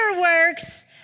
works